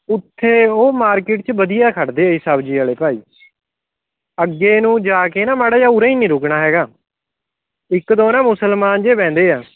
ਉੱਥੇ ਉਹ ਮਾਰਕੀਟ ਚ ਵਧੀਆ ਖੜਦੇ ਆ ਸਬਜ਼ੀ ਵਾਲੇ ਭਾਈ ਅੱਗੇ ਨੂੰ ਜਾ ਕੇ ਨਾ ਮਾੜਾ ਜਿਹਾ ਉਰਾ ਹੀ ਨਹੀਂ ਰੁਕਣਾ ਹੈਗਾ ਇੱਕ ਦੋ ਨਾ ਮੁਸਲਮਾਨ ਜਿਹੇ ਬਹਿੰਦੇ ਆ